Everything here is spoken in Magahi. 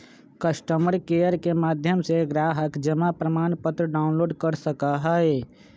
कस्टमर केयर के माध्यम से ग्राहक जमा प्रमाणपत्र डाउनलोड कर सका हई